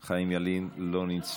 מוותרת, חיים ילין, לא נמצא,